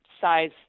size